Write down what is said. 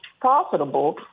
profitable